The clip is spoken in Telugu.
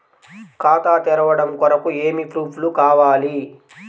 ఖాతా తెరవడం కొరకు ఏమి ప్రూఫ్లు కావాలి?